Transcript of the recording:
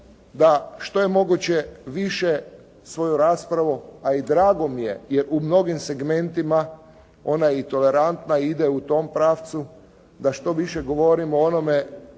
da što je moguće više svoju raspravu a i drago mi je jer u mnogim segmentima ona je i tolerantna i ide u tom pravcu da što više govorimo o onome